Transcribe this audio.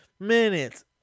minutes